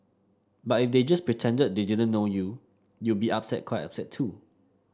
but if they just pretended they didn't know you you'd be upset quiet too